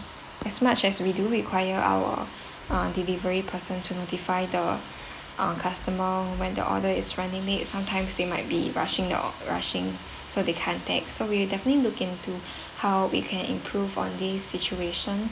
as much as we do require our uh delivery person to notify the uh customer when the order is running late sometimes they might be rushing uh rushing so they can't take so we'll definitely look into how we can improve on this situation